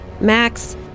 max